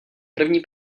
první